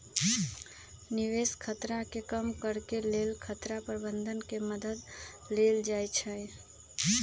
निवेश खतरा के कम करेके लेल खतरा प्रबंधन के मद्दत लेल जाइ छइ